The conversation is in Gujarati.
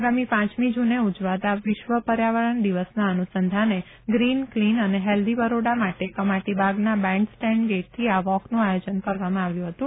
આગામી પાંચમી જુને ઉજવાતા વિશ્વ પર્યાવરણ દિવસના અનુસંધાને ગ્રીન કલીન અને હેલ્થી બરોડા માટે કમાટીબાગના બેન્ડ સ્ટેન્ડ ગેટથી આ વોકનું આયોજન કરવામાં આવ્યું હતું